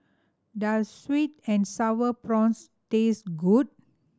does sweet and Sour Prawns taste good